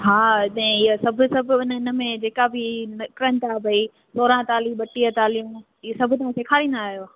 हा जहिं सभु सभु हिन में जेका बि निकिरनि था भई सोराह तालियूं बटीह तालियूं ही सभु तव्हां सेखारींदा आहियो